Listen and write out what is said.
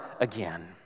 again